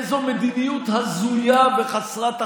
איזו מדיניות הזויה וחסרת אחריות.